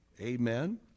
Amen